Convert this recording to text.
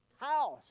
house